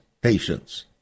patience